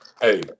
Hey